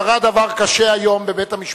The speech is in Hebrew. היום קרה דבר קשה בבית-המשפט